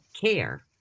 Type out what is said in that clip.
care